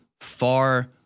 far